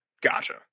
gotcha